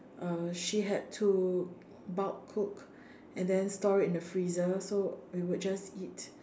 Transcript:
uh she had to bulk cook and then store it in the freezer so we would just eat